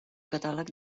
catàleg